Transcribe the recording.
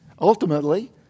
Ultimately